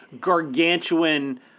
gargantuan